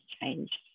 changed